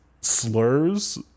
slurs